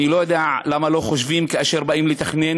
אני לא יודע למה לא חושבים כאשר באים לתכנן,